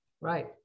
Right